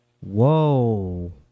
whoa